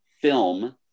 film